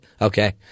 Okay